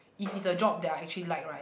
if is a job that I actually like right